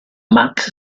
max